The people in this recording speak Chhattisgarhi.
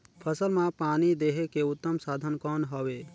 फसल मां पानी देहे के उत्तम साधन कौन हवे?